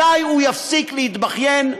מתי הוא יפסיק להתבכיין?